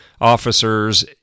officers